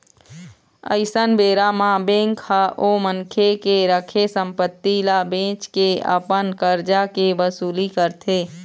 अइसन बेरा म बेंक ह ओ मनखे के रखे संपत्ति ल बेंच के अपन करजा के वसूली करथे